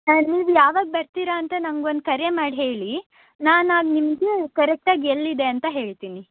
ನೀವು ಯಾವಾಗ ಬರ್ತೀರ ಅಂತ ನಂಗೊಂದು ಕರೆ ಮಾಡಿ ಹೇಳಿ ನಾನು ಆಗ ನಿಮಗೆ ಕರೆಕ್ಟಾಗಿ ಎಲ್ಲಿದೆ ಅಂತ ಹೇಳ್ತೀನಿ